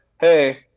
hey